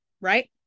Right